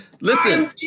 Listen